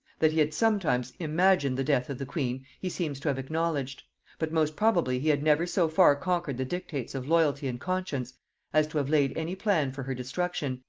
that he had sometimes imagined the death of the queen, he seems to have acknowledged but most probably he had never so far conquered the dictates of loyalty and conscience as to have laid any plan for her destruction,